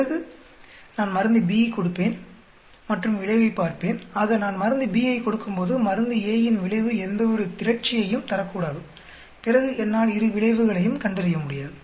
பிறகு நான் மருந்து B கொடுப்பேன் மற்றும் விளைவை பார்ப்பேன் ஆக நான் மருந்து B ஐ கொடுக்கும்போது மருந்து A யின் விளைவு எந்தவொரு திரட்சியையும் தரக்கூடாது பிறகு என்னால் இரு விளைவுகளையும் கண்டறிய முடியாது